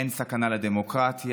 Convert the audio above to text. אין סכנה לדמוקרטיה,